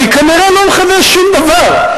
אני כנראה לא מחדש שום דבר,